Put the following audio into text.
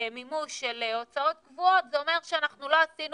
מימוש של הוצאות קבועות זה אומר שאנחנו לא עשינו